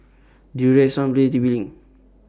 Durex Sunplay T P LINK